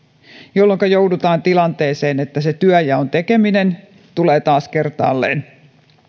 jolloinka joudutaan tilanteeseen että työnjaon tekeminen tulee taas kertaalleen